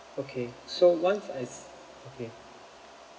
okay so once I s~ okay